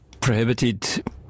Prohibited